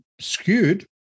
skewed